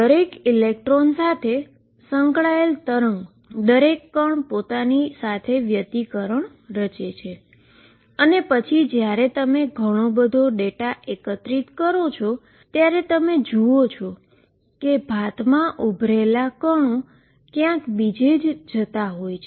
દરેક ઇલેક્ટ્રોન સાથે સંકળાયેલ વેવદરેક પાર્ટીકલ પોતાની સાથે ઈન્ટરફીઅરન્સ રચે છે અને પછી જ્યારે તમે ઘણો ડેટા એકત્રિત કરો છો ત્યારે તમે જુઓ છો કે પેટર્નમાં ઉભરેલા પાર્ટીકલ ક્યાંક બીજે જતા હોય છે